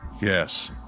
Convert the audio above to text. Yes